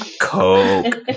coke